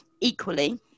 Equally